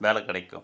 வேலை கிடைக்கும்